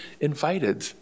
invited